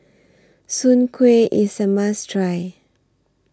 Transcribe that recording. Soon Kway IS A must Try